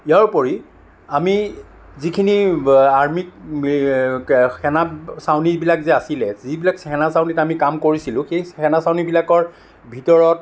ইয়াৰ উপৰি আমি যিখিনি আৰ্মীত সেনা চাউনীবিলাক যে আছিল যিবিলাক সেনা চাউনীত আমি কাম কৰিছিলোঁ সেই সেনা চাউনীবিলাকৰ ভিতৰত